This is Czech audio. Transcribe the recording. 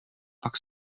pak